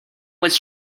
was